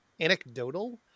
anecdotal